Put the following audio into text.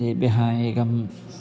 तेभ्यः एकम्